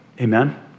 Amen